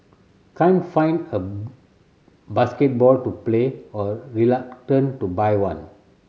can't find a basketball to play or reluctant to buy one